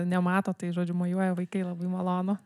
nemato tai žodžiu mojuoja vaikai labai malonu